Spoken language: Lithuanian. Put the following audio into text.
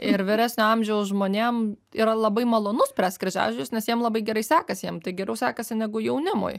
ir vyresnio amžiaus žmonėm yra labai malonu spręst kryžiažodžius nes jiem labai gerai sekasi jiem tai geriau sekasi negu jaunimui